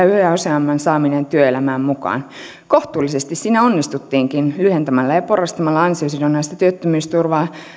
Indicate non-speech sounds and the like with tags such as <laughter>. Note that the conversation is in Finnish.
<unintelligible> yhä useamman saaminen työelämään mukaan kohtuullisesti siinä onnistuttiinkin lyhentämällä ja porrastamalla ansiosidonnaista työttömyysturvaa